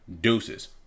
deuces